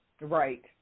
Right